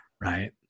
Right